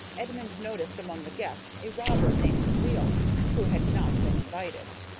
edmund noticed among the guests a robber named leolf, who had not been invited.